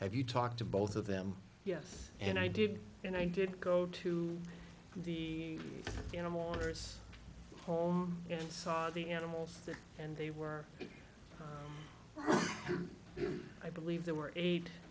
if you talk to both of them yes and i did and i did go to the animal owner's home and saw the animals and they were i believe there were eight